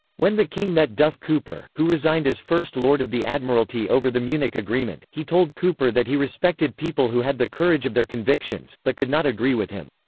when the king met duff cooper, who resigned as first lord of the admiralty over the munich agreement, he told cooper that he respected people who had the courage of their convictions, but could not agree with him.